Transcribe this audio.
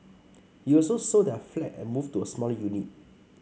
he also sold their flat and moved to a smaller unit